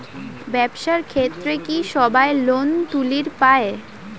ব্যবসার ক্ষেত্রে কি সবায় লোন তুলির পায়?